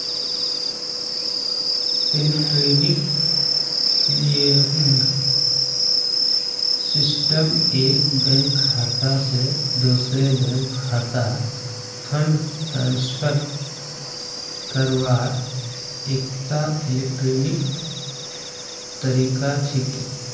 electronic clearing system एक bank खाता स दूसरे बैंक खातात फंड ट्रांसफर करवार एकता इलेक्ट्रॉनिक तरीका छिके